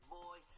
boy